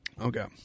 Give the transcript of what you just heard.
Okay